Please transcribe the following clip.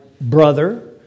brother